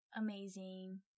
amazing